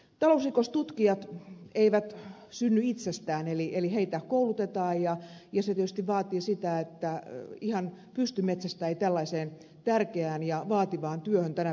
talousrikostutkijat eivät synny itsestään eli heitä koulutetaan ja se tietysti vaatii sitä että ihan pystymetsästä ei tällaiseen tärkeään ja vaativaan työhön tänä päivänä voi tulla